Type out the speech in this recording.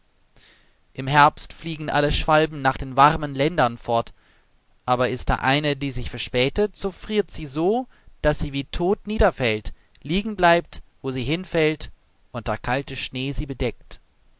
im herbst fliegen alle schwalben nach den warmen ländern fort aber ist da eine die sich verspätet so friert sie so daß sie wie tot niederfällt liegen bleibt wo sie hinfällt und der kalte schnee sie bedeckt